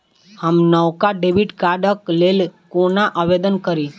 हम नवका डेबिट कार्डक लेल कोना आवेदन करी?